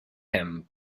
him